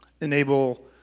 Enable